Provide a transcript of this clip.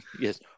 yes